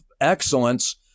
excellence